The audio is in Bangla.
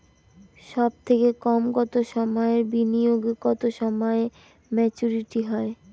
সবথেকে কম কতো সময়ের বিনিয়োগে কতো সময়ে মেচুরিটি হয়?